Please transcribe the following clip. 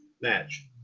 match